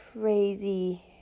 crazy